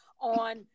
on